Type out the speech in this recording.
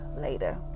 later